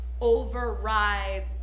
overrides